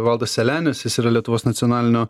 valdas selenis jis yra lietuvos nacionalinio